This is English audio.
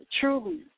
Truly